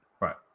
Right